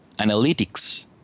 analytics